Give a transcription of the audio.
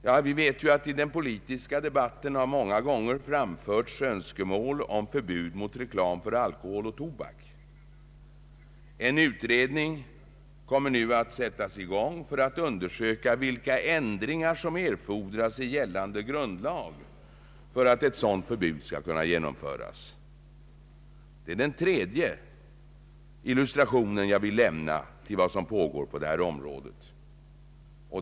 Vi vet att det många gånger i den politiska debatten har framförts önskemål om förbud mot reklam för alkohol och tobak. En utredning kommer nu att sättas i gång för att undersöka vilka ändringar som erfordras i gällande grundlag för att ett sådant förbud skall kunna genomföras. Det är den tredje illustrationen jag ville ge till vad som pågår på detta område.